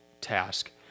task